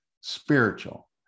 spiritual